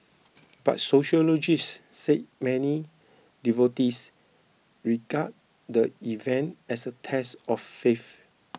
but sociologists say many devotees regard the event as a test of faith